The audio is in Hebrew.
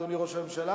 אדוני ראש הממשלה,